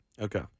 Okay